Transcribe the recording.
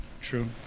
True